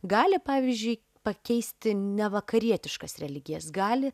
gali pavyzdžiui pakeisti nevakarietiškas religijas gali